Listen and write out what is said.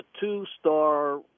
two-star